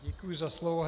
Děkuji za slovo.